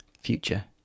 Future